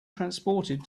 transported